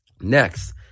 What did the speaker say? Next